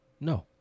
No